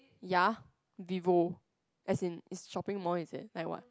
ya Vivo as in shopping mall is it like what